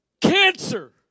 cancer